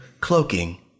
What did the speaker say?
cloaking